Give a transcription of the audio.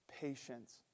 patience